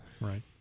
Right